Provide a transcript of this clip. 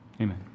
Amen